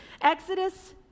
Exodus